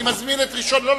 אני מזמין את ראשון, אבל